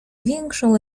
większą